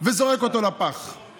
בני אדם לפני הכול.